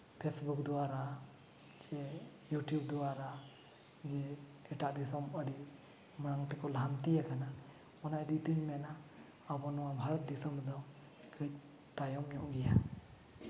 Facebook ᱫᱩᱣᱟᱨᱟ ᱪᱮ YouTube ᱫᱩᱣᱟᱨᱟ ᱮᱴᱟᱜ ᱫᱤᱥᱚᱢ ᱟᱹᱰᱤ ᱢᱟᱲᱟᱝ ᱛᱮᱠᱚ ᱞᱟᱦᱟᱱᱛᱤ ᱟᱠᱟᱱᱟ ᱚᱱᱟ ᱤᱫᱤ ᱛᱤᱧ ᱢᱮᱱᱟ ᱟᱵᱚ ᱱᱚᱣᱟ ᱵᱷᱟᱨᱚᱛ ᱫᱤᱥᱚᱢ ᱨᱮᱫᱚ ᱠᱟᱹᱡ ᱛᱟᱭᱚᱢ ᱧᱚᱜ ᱜᱮᱭᱟ